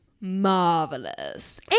marvelous